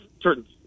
certain